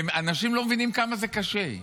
אנשים לא מבינים כמה זה קשה,